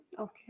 Okay